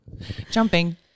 Jumping